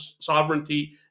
sovereignty